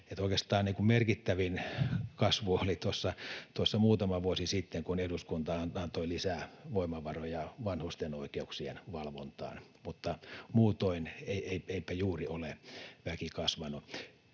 Oikeastaan merkittävin kasvuhan oli tuossa muutama vuosi sitten, kun eduskunta antoi lisää voimavaroja vanhusten oikeuksien valvontaan, mutta muutoin eipä juuri ole väki kasvanut.